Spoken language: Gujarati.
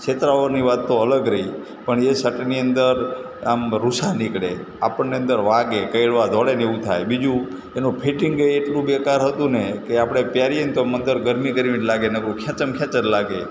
છેતરાવવાની વાત તો અલગ રહી પણ એ સર્ટની અંદર આમ રુંછા નીકળે આપણને અંદર વાગે કરડવા દોડે અને એવું થાય બીજું એનું ફિટિંગેય એટલું બેકાર હતું ને કે આપણે પહેરીએ ને તો અંદર ગરમી ગરમી જ લાગે નકરું ખેંચમખેંચ જ લાગે